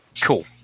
Cool